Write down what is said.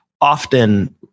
often